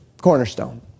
cornerstone